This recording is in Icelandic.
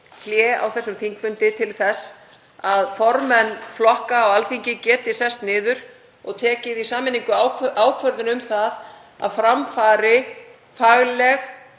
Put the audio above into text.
hlé á þessum þingfundi til þess að formenn flokka á Alþingi geti sest niður og tekið í sameiningu ákvörðun um að fram fari fagleg